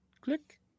click